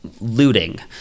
looting